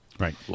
Right